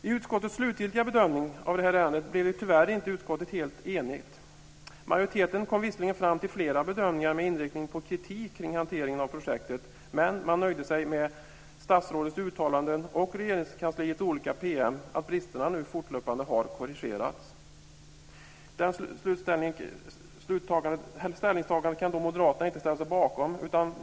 I utskottets slutgiltiga bedömning av det här ärendet blev tyvärr inte utskottet helt enigt. Majoriteten kom visserligen fram till flera bedömningar med inriktning på kritik kring hanteringen av projektet. Men man nöjde sig med statsrådets uttalanden och Regeringskansliets olika PM att bristerna nu fortlöpande har korrigerats. Det ställningstagandet kan inte moderaterna sig bakom.